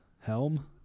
helm